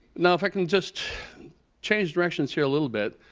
now if i can just change directions here a little bit,